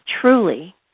truly